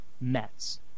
Mets